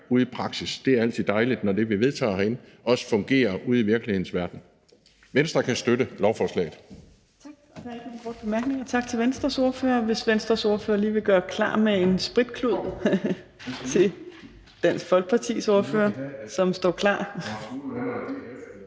derude i praksis. Det er altid dejligt, når det, vi vedtager herinde, også fungerer ude i virkelighedens verden. Venstre kan støtte lovforslaget.